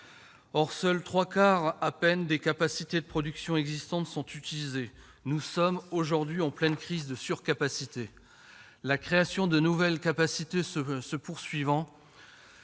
Seuls les trois quarts à peine des capacités de production existantes sont utilisées. Nous sommes aujourd'hui en pleine crise de surcapacité, la création de nouvelles capacités se poursuivant